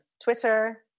Twitter